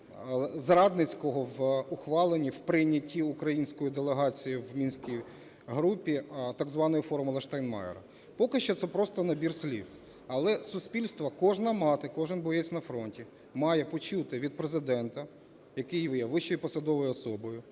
зрадницького в ухваленні, в прийнятті українською делегацією в мінській групі так званої "формули Штайнмайєра". Поки що це просто набір слів. Але суспільство, кожна мати, кожен боєць на фронті має почути від Президента, який є вищою посадовою особою,